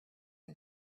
and